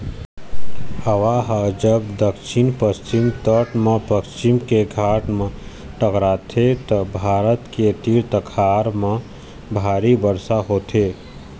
हवा ह जब दक्छिन पस्चिम तट म पश्चिम के घाट म टकराथे त भारत के तीर तखार म भारी बरसा होथे